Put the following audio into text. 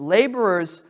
Laborers